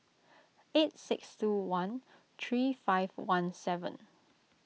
eight six two one three five one seven